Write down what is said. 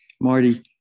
Marty